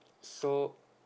so